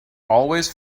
always